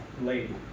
lady